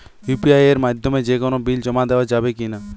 UPI এর মাধ্যমে যে কোনো বিল জমা দেওয়া যাবে কি না?